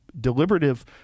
Deliberative